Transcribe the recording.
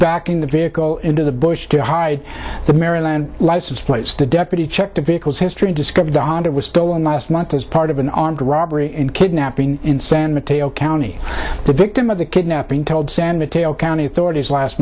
backing the vehicle into the bush to hide the maryland license plates the deputy checked the vehicles history discovered on it was stolen last month as part of an armed robbery and kidnapping in san mateo county the victim of the kidnapping told san mateo county authorities last